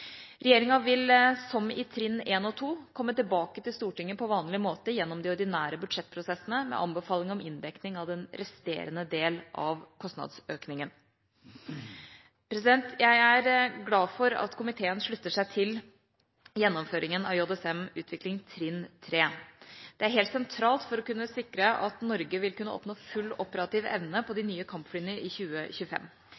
Regjeringa vil, som i trinn 1 og 2, komme tilbake til Stortinget på vanlig måte, gjennom de ordinære budsjettprosessene, med anbefaling om inndekning av den resterende del av kostnadsøkninga. Jeg er glad for at komiteen slutter seg til gjennomføringa av JSM utvikling trinn 3. Det er helt sentralt for å kunne sikre at Norge vil kunne oppnå full operativ evne på de